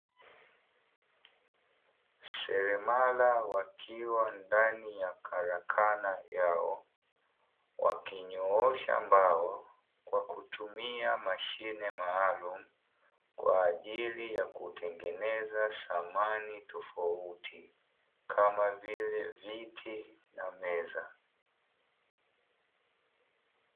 Seremala wakiwa ndani ya karakana yao wakinyoosha mbao, kwa kutumia mashine maalumu kwa ajili ya kutengeneza samani tofauti kama vile viti na meza.